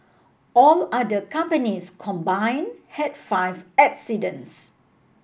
all other companies combine had five accidents